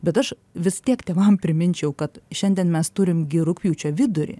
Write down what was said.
bet aš vis tiek tėvam priminčiau kad šiandien mes turim gi rugpjūčio vidurį